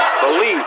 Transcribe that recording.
believe